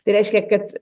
tai reiškia kad